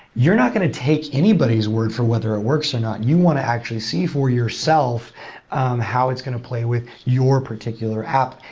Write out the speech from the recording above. you're not going to take anybody's word for whether it works or not, you want to actually see for yourself how it's going to play with your particular app,